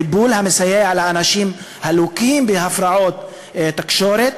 טיפול המסייע לאנשים הלוקים בהפרעות תקשורת